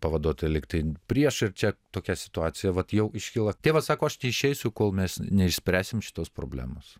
pavaduotoja lygtai prieš ir čia tokia situacija vat jau iškyla tėvas sako aš neišeisiu kol mes neišspręsim šitos problemos